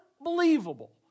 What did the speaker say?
Unbelievable